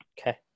Okay